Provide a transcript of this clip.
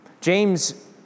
James